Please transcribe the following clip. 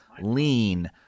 lean